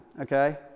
okay